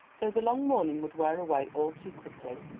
so the long morning would wear away all too quickly,